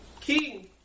king